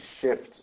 shift